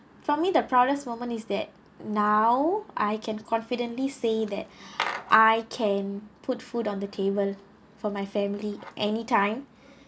for me the proudest moment is that now I can confidently say that I can put food on the table for my family anytime